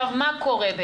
מה קורה?